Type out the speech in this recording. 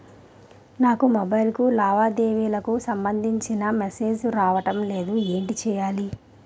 నాకు మొబైల్ కు లావాదేవీలకు సంబందించిన మేసేజిలు రావడం లేదు ఏంటి చేయాలి?